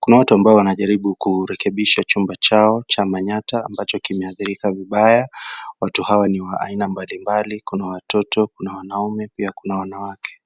kuna watu ambao wanajaribu kurekebisha chumba chao cha Manyatta ambacho kimeadhirika vibaya watu hawa ni wa aina mbalimbali kuna watoto kuna wanaume pia kuna wanawake.